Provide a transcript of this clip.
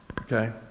okay